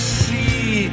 see